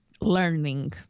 Learning